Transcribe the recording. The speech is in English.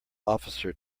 officer